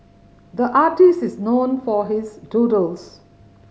the artist is known for his doodles